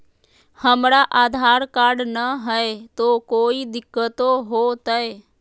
हमरा आधार कार्ड न हय, तो कोइ दिकतो हो तय?